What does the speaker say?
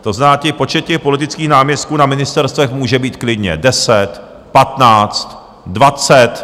To znamená, ten počet politických náměstků na ministerstvech může být klidně deset, patnáct, dvacet.